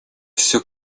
всё